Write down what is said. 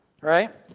right